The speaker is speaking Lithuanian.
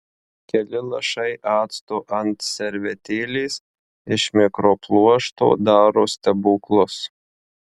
keli lašai acto ant servetėlės iš mikropluošto daro stebuklus